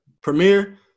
Premiere